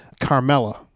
Carmella